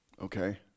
okay